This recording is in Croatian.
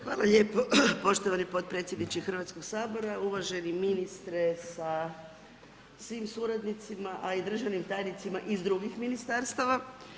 Hvala lijepo, poštovani potpredsjedniče Hrvatskoga sabora, uvaženi ministre sa svim suradnicima a i državnim tajnicima iz drugih ministarstava.